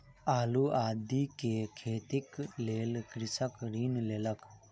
आलू आदि के खेतीक लेल कृषक ऋण लेलक